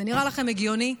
זה נראה לכם הגיוני?